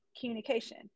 communication